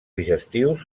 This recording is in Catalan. digestius